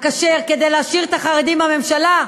הכשר כדי להשאיר את החרדים בממשלה,